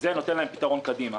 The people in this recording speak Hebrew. וזה נותן להם פתרון קדימה.